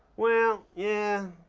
well, yeah,